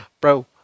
Bro